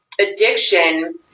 addiction